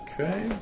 Okay